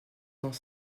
cent